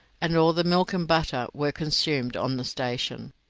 and all the milk and butter were consumed on the station.